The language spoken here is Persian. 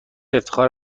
افتخار